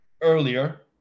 Earlier